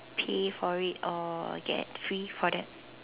pay for it or get free for that